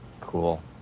Cool